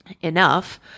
enough